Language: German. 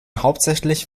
hauptsächlich